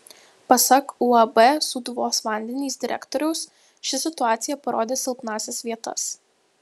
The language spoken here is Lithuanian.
pasak uab sūduvos vandenys direktoriaus ši situacija parodė silpnąsias vietas